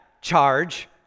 charge